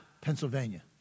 Pennsylvania